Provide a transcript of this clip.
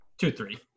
Two-three